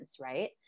right